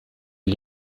gli